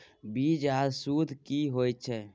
बीज आर सुध बीज की होय छै?